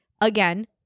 Again